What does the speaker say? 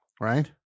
Right